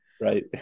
right